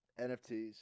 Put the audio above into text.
NFTs